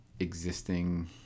existing